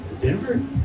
Denver